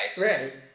Right